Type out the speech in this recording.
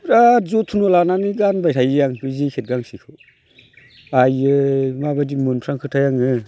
बिराद जथ्न' लानानै गानबाय थायो बे जेकेट गांसेखौ आयै माबादि मोनफ्लांखोथाय आङो